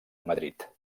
madrid